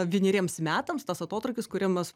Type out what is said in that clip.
vieneriems metams tas atotrūkis kuriamas